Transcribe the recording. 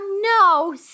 no